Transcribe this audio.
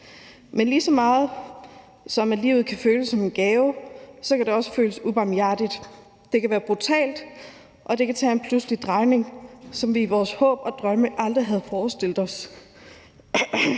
Men lige så meget som livet kan føles som en gave, kan det også føles ubarmhjertigt; det kan være brutalt, og det kan tage en pludselig drejning, som vi i vores håb og drømme aldrig havde forestillet os.